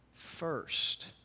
First